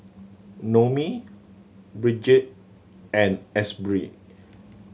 Noemie Bridget and Asbury